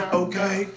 okay